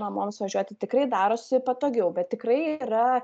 mamoms važiuoti tikrai darosi patogiau bet tikrai yra